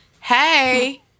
Hey